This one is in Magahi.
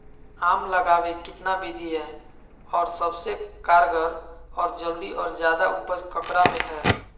आम लगावे कितना विधि है, और सबसे कारगर और जल्दी और ज्यादा उपज ककरा में है?